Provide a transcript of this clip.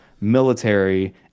military